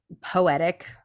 poetic